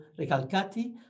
Recalcati